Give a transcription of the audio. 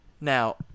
Now